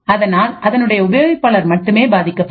அதனால் அதனுடைய உபயோகிப்பாளர் மட்டுமே பாதிக்கப்படுவர்